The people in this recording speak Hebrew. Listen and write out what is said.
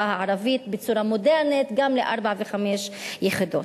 הערבית בצורה מודרנית גם לארבע וחמש יחידות.